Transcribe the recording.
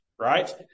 Right